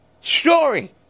story